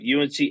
UNC